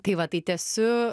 tai va tai tęsiu